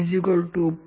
C